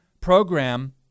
program